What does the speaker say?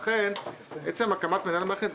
לכן הקמת מנהל מערכת,